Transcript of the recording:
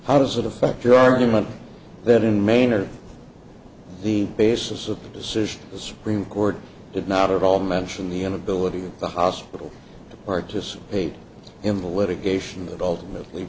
how does that affect your argument that in maine or the basis of the decision the supreme court did not at all mention the inability of the hospital to participate in the litigation that ultimately